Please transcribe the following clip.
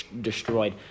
destroyed